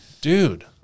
dude